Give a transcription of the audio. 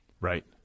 Right